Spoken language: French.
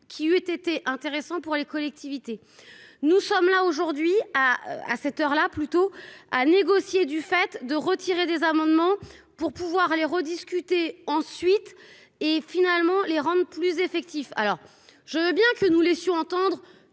qui eut été intéressant pour les collectivités, nous sommes là aujourd'hui à à cette heure-là plutôt à négocier, du fait de retirer des amendements pour pouvoir aller rediscuté ensuite et finalement les rendent plus effectif, alors je veux bien que nous laissions entendre